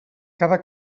cada